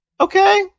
okay